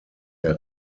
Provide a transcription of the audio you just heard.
der